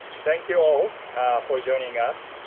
thank you all for joining us.